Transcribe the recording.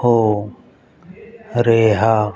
ਹੋ ਰਿਹਾ